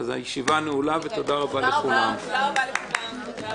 תודה רבה לכולם.